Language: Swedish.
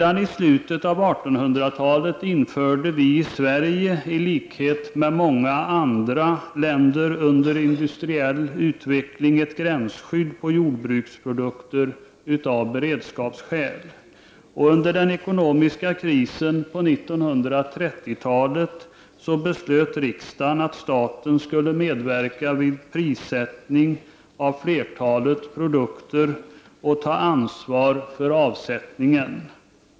Av beredskapsskäl infördes i Sverige redan i slutet av 1800-talet under industriell utveckling — liksom i många andra länder — ett gränsskydd beträffande jordbruksprodukter. Under den ekonomiska krisen på 1930-talet beslutade riksdagen att staten skulle medverka vid prissättningen av flertalet produkter och ta ansvar för avsättningen.